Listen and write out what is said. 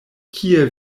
kie